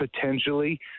potentially